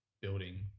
building